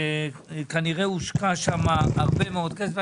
כנראה שהושקע שם הרבה מאוד כסף,